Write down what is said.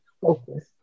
focus